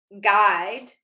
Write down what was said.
guide